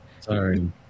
Sorry